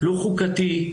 לא חוקתי,